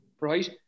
right